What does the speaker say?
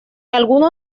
algunos